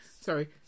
Sorry